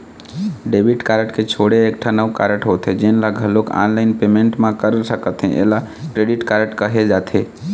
debit card के छोड़े एकठन अउ कारड होथे जेन ल घलोक ऑनलाईन पेमेंट म कर सकथे एला क्रेडिट कारड कहे जाथे